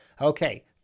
Okay